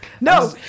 no